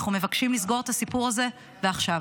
אנחנו מבקשים לסגור את הסיפור הזה ועכשיו.